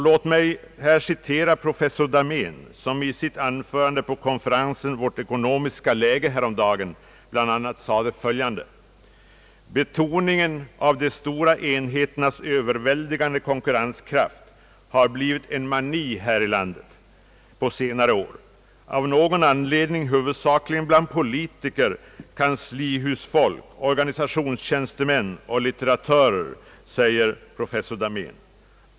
Låt mig citera professor Dahmén, som i sitt anförande vid konferensen » Vårt ekonomiska läge» häromdagen bl.a. sade följande: »Betoningen av de stora enheternas överväldigande konkurrenskraft har blivit en mani här i landet på senare år, av någon anled och litteratörer.